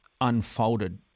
unfolded